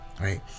right